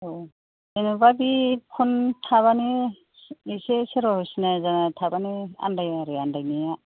औ जेनेबा बे फन थाबानो एसे सोरबाफोर सिना जाना थाबानो आनदाया आरो आनदायनाया